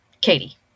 Katie